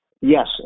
Yes